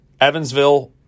Evansville